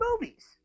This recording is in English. movies